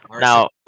Now